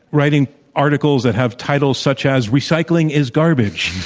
writing articles that have titles such as recycling is garbage.